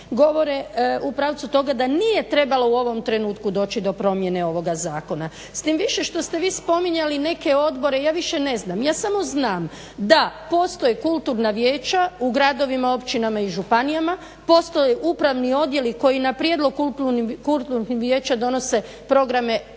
govore u pravcu toga da nije trebalo u ovom trenutku doći do promjene ovoga zakona s tim više što ste vi spominjali neke odbore. Ja više ne znam. Ja samo znam da postoje kulturna vijeća u gradovima, općinama i županijama. Postoje upravni odjeli koji na prijedlog kulturnih vijeća donose programe,